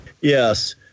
Yes